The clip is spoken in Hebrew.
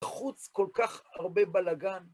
חוץ כל כך הרבה בלגן.